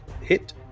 hit